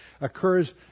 occurs